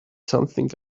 something